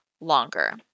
longer